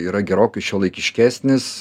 yra gerokai šiuolaikiškesnis